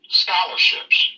scholarships